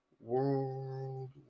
World